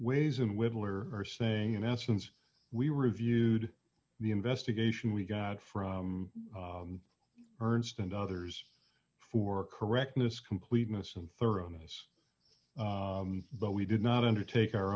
wiggler are saying in essence we reviewed the investigation we got from ernst and others for correctness completeness and thoroughness but we did not undertake our